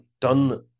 done